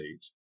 state